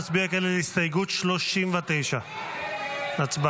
נצביע כעת על הסתייגות 39. הצבעה.